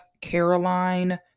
Caroline